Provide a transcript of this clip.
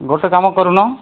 ଗୋଟେ କାମ କରୁନ